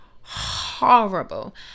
horrible